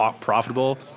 profitable